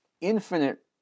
infinite